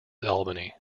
albany